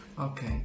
okay